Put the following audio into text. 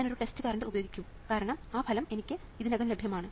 ഞാൻ ഒരു test current ഉപയോഗിക്കും കാരണം ആ ഫലം എനിക്ക് ഇതിനകം ലഭ്യമാണ്